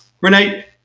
Renee